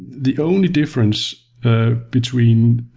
the only different between